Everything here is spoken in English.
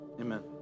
amen